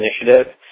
Initiative